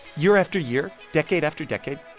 year after year, decade after decade,